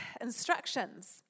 Instructions